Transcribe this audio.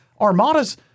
armadas